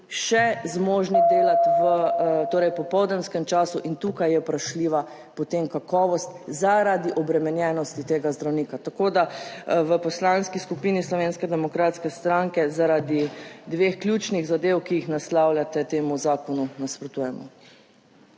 še zmožni delati v torej popoldanskem času. In tukaj je vprašljiva potem kakovost zaradi obremenjenosti tega zdravnika. Tako da v Poslanski skupini Slovenske demokratske stranke zaradi dveh ključnih zadev, ki jih naslavljate, temu zakonu nasprotujemo.